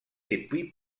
depuis